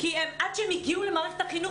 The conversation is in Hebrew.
בגני הילדים רק 55% מסוגלים לשבת מעל שעה מול מחשב.